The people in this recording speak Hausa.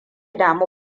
damu